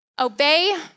obey